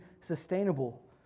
sustainable